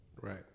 Right